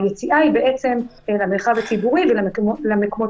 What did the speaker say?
היציאה היא בעצם למרחב הציבורי ולמקומות